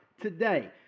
today